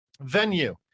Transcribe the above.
Venue